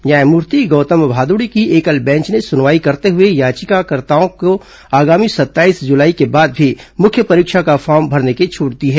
न्यायमूर्ति गौतम भादुड़ी की एकल बेंच ने सुनवाई करते हुए याचिकाकर्ताओं को आगामी सत्ताईस जुलाई के बाद भी मुख्य परीक्षा का फॉर्म भरने की छूट दी है